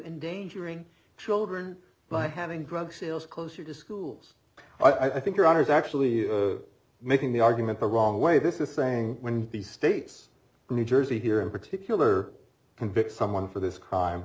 endangering children by having drug sales closer to schools i think your honor is actually making the argument the wrong way this is saying when these states new jersey here in particular convict someone for this crime